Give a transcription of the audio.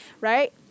right